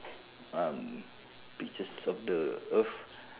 um pictures of the earth